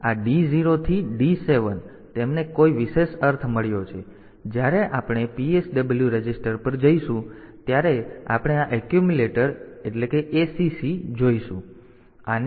તેથી આ D 0 થી D 7 તેમને કોઈ વિશેષ અર્થ મળ્યો છે જ્યારે આપણે PSW રજિસ્ટર પર જઈશું ત્યારે આપણે આ એક્યુમ્યુલેટર ACC જોઈશું